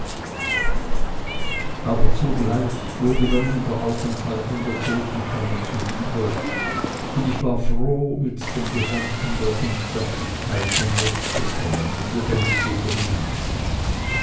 aber zugleich wurde mir nun der aufenthalt in der totenkammer zuwider und ich war froh mit dem gedanken der unsterblichkeit hinauszukommen ins lebendige grüne